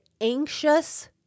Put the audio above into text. anxious